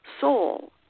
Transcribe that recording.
soul